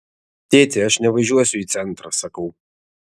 tėti aš nevažiuosiu į centrą sakau